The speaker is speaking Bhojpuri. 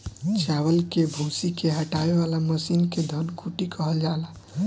चावल के भूसी के हटावे वाला मशीन के धन कुटी कहल जाला